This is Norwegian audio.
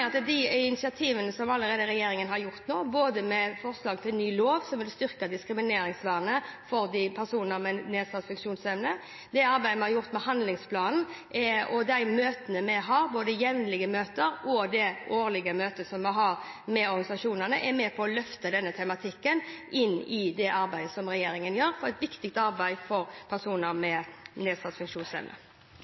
at de initiativene som regjeringen allerede har gjort, både med forslag til ny lov, som vil styrke diskrimineringsvernet for personer med nedsatt funksjonsevne, det arbeidet vi har gjort med handlingsplanen, og de møtene vi har – både jevnlige møter og det årlige møtet som vi har med organisasjonene – er med å løfte denne tematikken inn i det arbeidet som regjeringen gjør, et viktig arbeid for personer med nedsatt funksjonsevne.